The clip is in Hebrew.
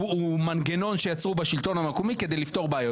הוא מנגנון שיצרו בשלטון המקומי כדי לפתור בעיות